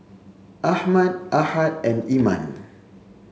Ahmad Ahad and Iman